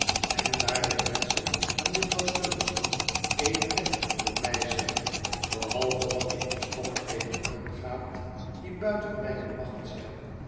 en daar de wenschen van jufvrouw summerson eene wet voor mij zijn behalve wat die omstandigheden aangaat die buiten mijne macht zijn